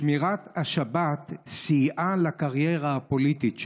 שמירת השבת סייעה לקריירה הפוליטית שלי,